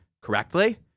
correctly